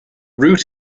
root